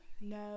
no